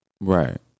Right